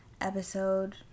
episode